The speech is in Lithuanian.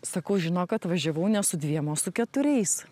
sakau žinok atvažiavau ne su dviem o su keturiais